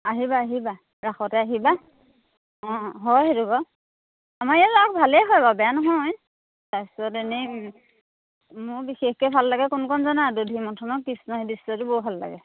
আহিবা আহিবা ৰাসতে আহিবা অঁ হয় সেইটো বাৰু আমাৰ ইয়াত ৰাস ভালেই হয় বাৰু বেয়া নহয় তাৰ পিছত এনেই মোৰ বিশেষকৈ ভাল লাগে কোনকণ জানা দধি মথনত কৃষ্ণৰ দৃশ্যটো বৰ ভাল লাগে